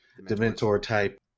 Dementor-type